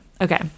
Okay